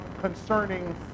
concerning